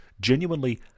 genuinely